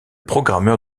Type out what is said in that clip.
programmeur